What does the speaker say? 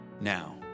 Now